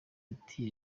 ati